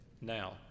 Now